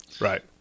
Right